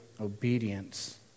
obedience